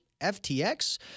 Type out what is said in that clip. FTX